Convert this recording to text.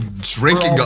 drinking